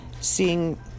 seeing